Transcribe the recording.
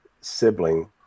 sibling